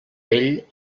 ell